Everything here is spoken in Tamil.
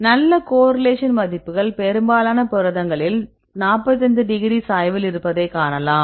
நல்ல கோரிலேஷன் மதிப்புகள் பெரும்பாலான புரதங்களில் 45 டிகிரி சாய்வில் இருப்பதை காணலாம்